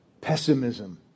pessimism